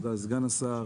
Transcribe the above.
תודה לסגן השר,